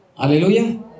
Hallelujah